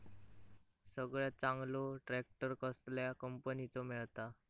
सगळ्यात चांगलो ट्रॅक्टर कसल्या कंपनीचो मिळता?